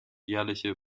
jährliche